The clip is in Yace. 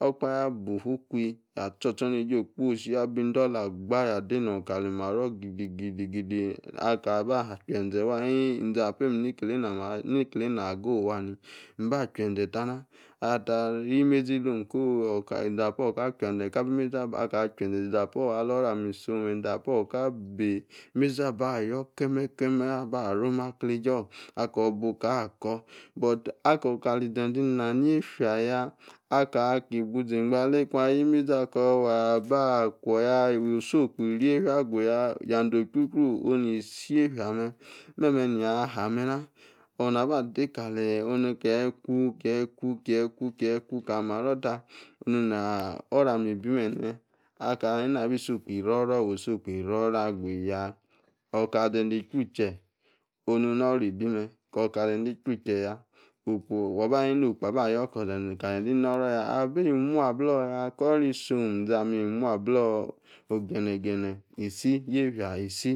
Okpahe abu-ufua ikwi, ya tor. Ostoneje okposi ya bi-idela agba, eta deno, kali maro gidigidi, aka ba acheze, wa homi-ni, ize-apa, mem iki-legina, ageyi owani, mba oheze tara, ata yie-imeza lome ko, kali-iza-apa, on ka, che-ze, ka bi-mezi aba, che-ze izapa or, alah-oru, amem isi mem, iza-pa-or ka bi-imezi aba yor, keme-keme, aba rom aki ji-on, akor bu, ka, kor, akor kali-zeze ina yefia-ya aka ki bu zi-egba aley, ayi imezi akor, waba kwoya, wo-so-okpo iri yefia, aguya jazee ochiu ono, ni-si yefia mem meme, neyi aha mana, oh, naba adekaleyi kie ku, kie-ku, kie-ku, keli-maro ta ono-nah oro, amem ibi mem aka, anu na bi so-okpo iri oro, wi so-okpo, iri oro, aguya, okali-ze-zee chru, che-no-oro bi amem, kor-kali zeze, ichru tieya okpo, waba hani-ni, no-okpo aba yor, ko kali-seze ino-oro, ya abi mu ablo ya akor-oro isom, izome imu-ablo, no ogene-gene isi yefia, isi